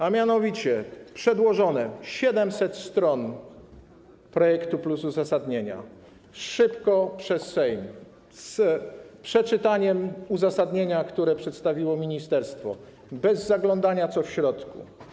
A mianowicie: przedłożone 700 stron projektu plus uzasadnienia szybko przeprowadzone przez Sejm, z przeczytaniem uzasadnienia, które przedstawiło ministerstwo, bez zaglądania, co jest w środku.